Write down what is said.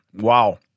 Wow